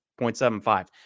0.75